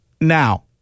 Now